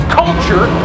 culture